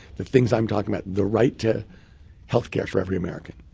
the things i'm talking about the right to health care for every american,